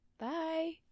Bye